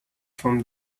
from